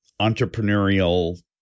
entrepreneurial